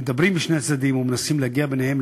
הם מדברים עם שני הצדדים ומנסים להגיע ביניהם,